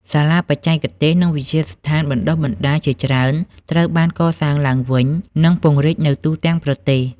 សាលាបច្ចេកទេស និងវិទ្យាស្ថានបណ្តុះបណ្តាលជាច្រើនត្រូវបានកសាងឡើងវិញ និងពង្រីកនៅទូទាំងប្រទេស។